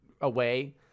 away